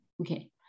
Okay